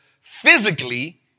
physically